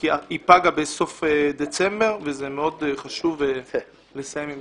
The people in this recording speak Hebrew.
כי ההוראה פגה בסוף דצמבר ומאוד חשוב לסיים עם